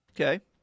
Okay